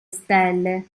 stelle